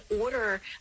order